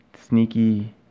sneaky